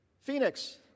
Phoenix